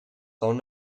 phone